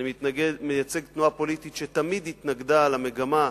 אני מייצג תנועה פוליטית שתמיד התנגדה למגמה,